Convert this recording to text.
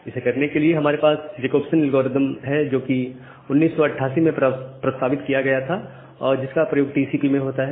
इसे करने के लिए हमारे पास जकोब्सन एल्गोरिदम है जो 1988 में प्रस्तावित किया गया था और जिसका प्रयोग टीसीपी में होता है